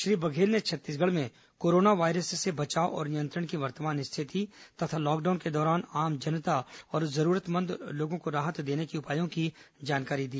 श्री बघेल ने छत्तीसगढ़ में corona virus से बचाव और नियंत्रण की वर्तमान स्थिति तथा लॉकडाउन के दौरान आम जनता और जरूरतमंद लोगों को राहत देने के उपायों की जानकारी दी